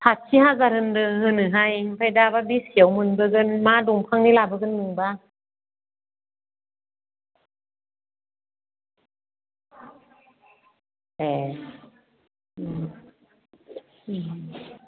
साथि हाजार होन्दो होनोहाय ओमफाय दाबा बेसेयाव मोनबोगोन मा दंफांनि लाबोगोन नोंबा ए